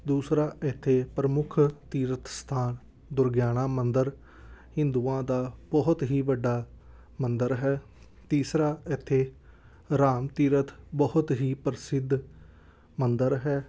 ਦੂਸਰਾ ਇੱਥੇ ਪ੍ਰਮੁੱਖ ਤੀਰਥ ਸਥਾਨ ਦੁਰਗਿਆਣਾ ਮੰਦਿਰ ਹਿੰਦੂਆਂ ਦਾ ਬਹੁਤ ਹੀ ਵੱਡਾ ਮੰਦਿਰ ਹੈ ਤੀਸਰਾ ਇੱਥੇ ਰਾਮ ਤੀਰਥ ਬਹੁਤ ਹੀ ਪ੍ਰਸਿੱਧ ਮੰਦਿਰ ਹੈ